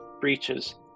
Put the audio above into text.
breaches